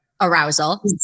arousal